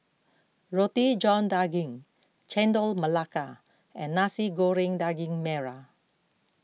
Roti John Daging Chendol Melaka and Nasi Goreng Daging Merah